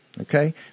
Okay